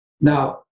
Now